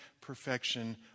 perfection